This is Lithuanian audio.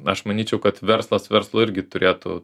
aš manyčiau kad verslas verslui irgi turėtų